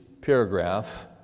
paragraph